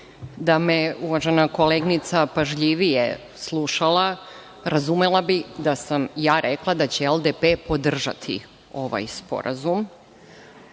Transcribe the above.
me je uvažena koleginica pažljivije slušala, razumela bi da sam ja rekla da će LDP podržati ovaj sporazum,